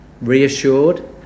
reassured